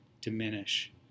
diminish